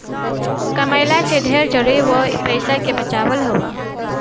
कमइला से ढेर जरुरी उ पईसा के बचावल हअ